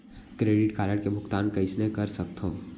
Credit card के भुगतान कइसने कर सकथो?